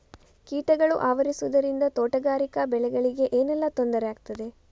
ಕೀಟಗಳು ಆವರಿಸುದರಿಂದ ತೋಟಗಾರಿಕಾ ಬೆಳೆಗಳಿಗೆ ಏನೆಲ್ಲಾ ತೊಂದರೆ ಆಗ್ತದೆ?